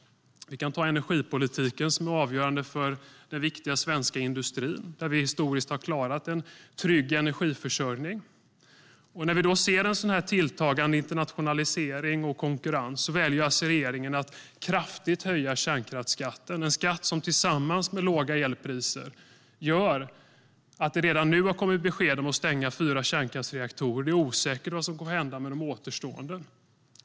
Vi kan ta energipolitiken, som är avgörande för den viktiga svenska industrin där vi historiskt har vi klarat en trygg energiförsörjning. När vi ser en tilltagande internationalisering och konkurrens väljer alltså regeringen att kraftigt höja kärnkraftsskatten. Det är en skatt som tillsammans med låga elpriser gör att det redan nu har kommit besked om att man ska stänga fyra kärnkraftsreaktorer. Det är osäkert vad som kommer att hända med de återstående.